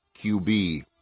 QB